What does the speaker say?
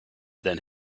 than